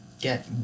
get